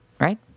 right